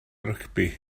rygbi